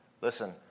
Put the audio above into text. Listen